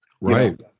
Right